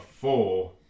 four